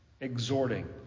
exhorting